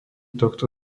tohto